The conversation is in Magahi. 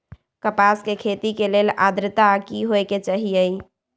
कपास के खेती के लेल अद्रता की होए के चहिऐई?